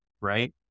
right